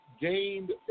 gained